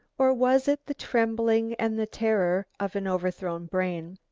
or was it the trembling and the terror of an overthrown brain?